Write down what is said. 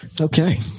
Okay